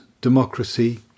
democracy